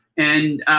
and